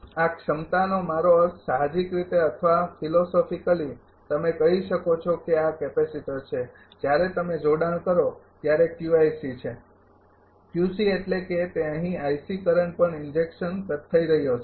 આ ક્ષમતાનો મારો અર્થ સાહજિક રીતે અથવા ફિલોસોફિકલી તમે કહી શકો છો કે આ કેપેસિટર છે જ્યારે તમે જોડાણ કરો ત્યારે તે છે એટલે કે તે અહીં કરંટ પણ ઇન્જેક્શન થઈ રહ્યો છે